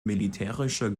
militärischer